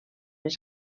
les